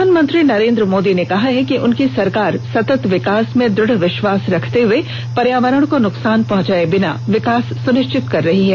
प्रधानमंत्री नरेन्द्र मोदी ने कहा है कि उनकी सरकार सतत विकास में दृढ़ विश्वास रखते हुए पर्यावरण को नुकसान पहुंचाए बिना विकास सुनिश्चित कर रही है